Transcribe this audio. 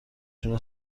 جون